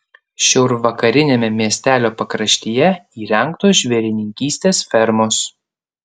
šiaurvakariniame miestelio pakraštyje įrengtos žvėrininkystės fermos